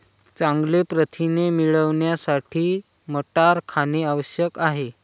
चांगले प्रथिने मिळवण्यासाठी मटार खाणे आवश्यक आहे